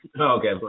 Okay